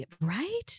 right